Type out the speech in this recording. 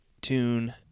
tune